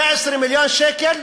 17 מיליון שקל